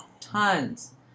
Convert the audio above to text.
tons